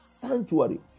sanctuary